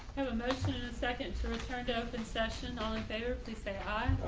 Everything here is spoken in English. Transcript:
have a motion and a second to return to open session. all in favor please say aye.